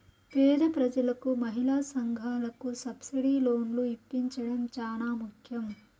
పేద ప్రజలకు మహిళా సంఘాలకు సబ్సిడీ లోన్లు ఇప్పించడం చానా ముఖ్యం